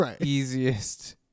easiest